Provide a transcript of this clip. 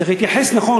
צריך להתייחס נכון,